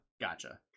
Gotcha